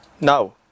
Now